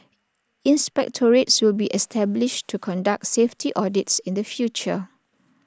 inspectorates should be established to conduct safety audits in the future